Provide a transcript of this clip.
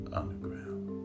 underground